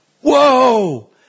Whoa